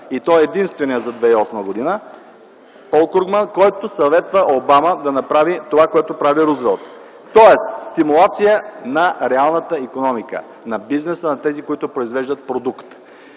и то единственият за 2008 г., Пол Кругман, който съветва Обама да направи това, което прави Рузвелт – стимулация на реалната икономика, на бизнеса, на тези, които произвеждат продукт.